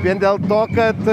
vien dėl to kad